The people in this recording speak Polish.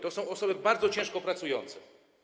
To są osoby bardzo ciężko pracujące.